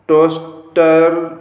toaster